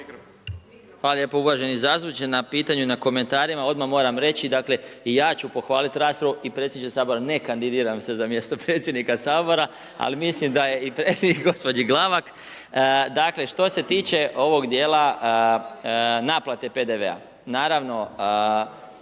Hvala lijepo uvaženi zastupniče na pitanju, na komentarima. Odmah moram reći dakle, ja ću pohvaliti raspravu i predsjednik Sabora, ne kandidiram se za mjesto predsjednika Sabora ali mislim da je i gospođi Glavak. Dakle što se tiče ovog djela naplate PDV-a,